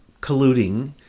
colluding